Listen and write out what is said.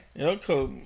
Okay